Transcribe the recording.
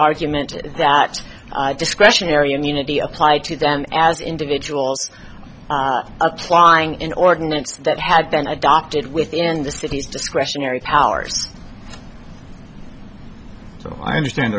argument that discretionary immunity applied to them as individuals applying an ordinance that had been adopted within the city's discretionary powers so i understand